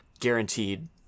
Guaranteed